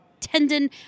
Tendon